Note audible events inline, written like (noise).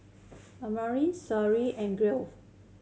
Amina Sherri and (unintelligible)